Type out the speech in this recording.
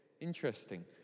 Interesting